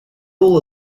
all